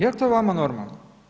Jel to vama normalno?